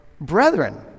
brethren